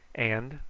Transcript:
and,